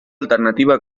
alternativa